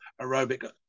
aerobic